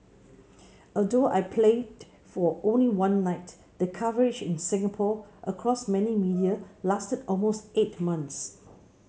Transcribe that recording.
although I played for only one night the coverage in Singapore across many media lasted almost eight months